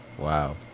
Wow